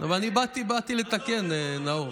אבל אני באתי לתקן, נאור.